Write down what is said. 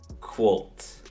quote